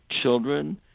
children